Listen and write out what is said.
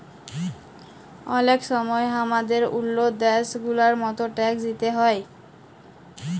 অলেক সময় হামাদের ওল্ল দ্যাশ গুলার মত ট্যাক্স দিতে হ্যয়